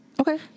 Okay